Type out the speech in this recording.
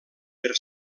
per